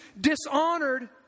dishonored